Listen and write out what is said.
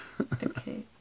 Okay